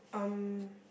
um